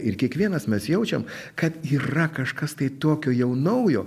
ir kiekvienas mes jaučiam kad yra kažkas tai tokio jau naujo